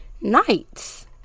nights